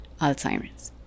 Alzheimer's